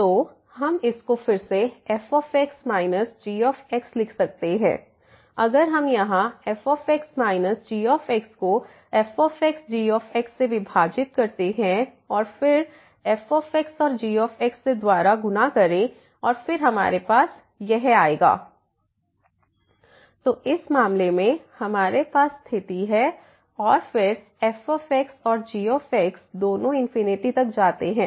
तो हम इसको फिर से fx gxलिख सकते हैं अगर हम यहाँ fx gx को fxgx से विभाजित करते हैं और फिर द्वारा fxgxसे गुणा करें और फिर हमारे पास यह आएगा 1gx 1fx1fxg तो इस मामले में हमारे पास स्थिति है और फिर f और g दोनों इन्फिनिटी तक जाते हैं